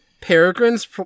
Peregrine's